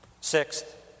Sixth